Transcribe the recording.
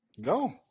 Go